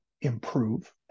improve